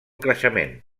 creixement